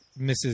Mrs